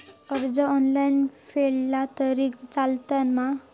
कर्ज ऑनलाइन फेडला तरी चलता मा?